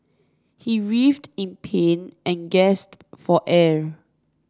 he writhed in pain and gasped for air